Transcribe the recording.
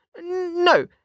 No